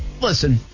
listen